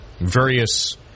various